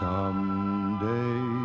Someday